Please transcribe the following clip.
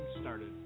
started